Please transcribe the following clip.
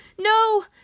No